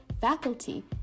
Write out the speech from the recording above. faculty